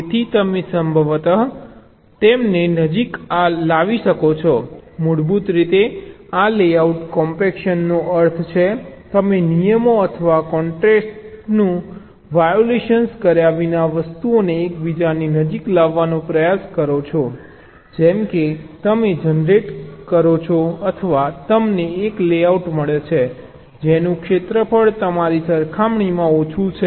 તેથી તમે સંભવતઃ તેમને નજીક લાવી શકો છો મૂળભૂત રીતે આ લેઆઉટ કોમ્પેક્શનનો અર્થ છે તમે નિયમો અથવા કૉન્સ્ટ્રેંટનું વાયોલેશન કર્યા વિના વસ્તુઓને એકબીજાની નજીક લાવવાનો પ્રયાસ કરો છો જેમ કે તમે જનરેટ કરો છો અથવા તમને એક લેઆઉટ મળે છે જેનું ક્ષેત્રફળ તમારી સરખામણીમાં ઓછું છે